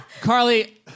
Carly